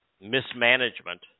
mismanagement